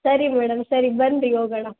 ಸರಿ ಮೇಡಮ್ ಸರಿ ಬನ್ನಿರಿ ಹೋಗೋಣ